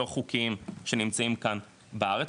לא חוקיים שנמצאים כאן בארץ,